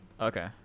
Okay